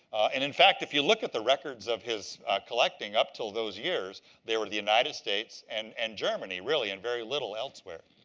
and in fact, if you look at the records of his collecting up till those years, they were in the united states and and germany, really, and very little elsewhere.